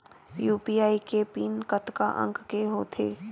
UPI के pin कतका अंक के होथे?